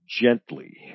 gently